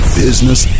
business